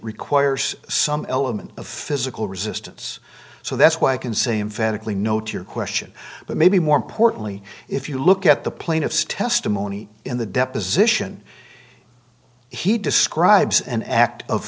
requires some element of physical resistance so that's why i can say inventively no to your question but maybe more importantly if you look at the plaintiff's testimony in the deposition he describes an act of